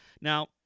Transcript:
Now